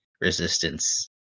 resistance